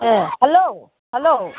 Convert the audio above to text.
ah hello hello